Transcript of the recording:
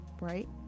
right